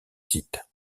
site